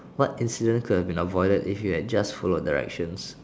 what incident could have been avoided if you have just followed directions